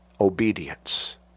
obedience